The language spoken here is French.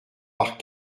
par